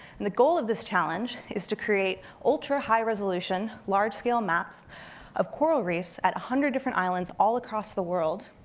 and the goal of this challenge is to create ultra-high resolution, large scale maps of coral reefs at one hundred different islands all across the world,